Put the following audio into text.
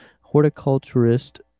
horticulturist